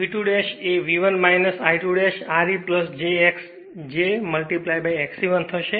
હવે V2 એ V 1 I2 R e j X j Xe 1 થશે